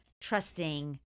trusting